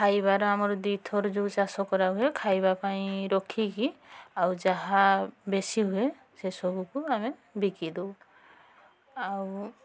ଖାଇବାର ଆମର ଦୁଇ ଥର ଯେଉଁ ଚାଷ କରାହୁଏ ଖାଇବା ପାଇଁ ରଖିକି ଆଉ ଯାହା ବେଶୀ ହୁଏ ସେସବୁକୁ ଆମେ ବିକିଦେଉ ଆଉ